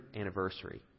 anniversary